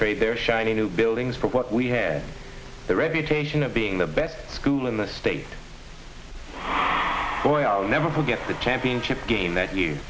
trade their shiny new buildings for what we had the reputation of being the best school in the state boy i'll never forget the championship game that